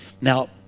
Now